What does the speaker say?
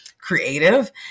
creative